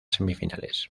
semifinales